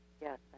yes